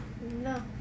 No